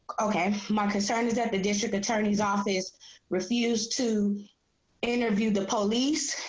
okay. my concern is that the district attorney's office refused to interview the police,